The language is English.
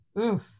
oof